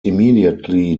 immediately